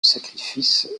sacrifices